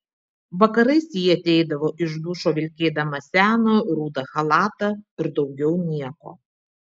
vakarais ji ateidavo iš dušo vilkėdama seną rudą chalatą ir daugiau nieko